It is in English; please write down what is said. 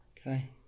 Okay